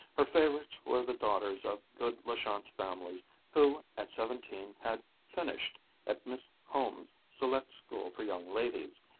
her favorites were the daughters of good la chance families who at seventeen had finished at miss home's select school for young ladies,